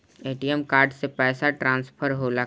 ATM card से पैसा transfer होला का?